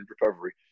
recovery